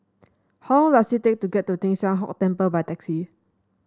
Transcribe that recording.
how long does it take to get to Teng San Tian Hock Temple by taxi